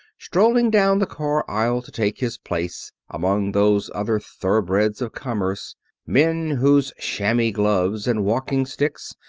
strolling down the car aisle to take his place among those other thoroughbreds of commerce men whose chamois gloves and walking sticks,